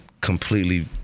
completely